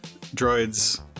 droids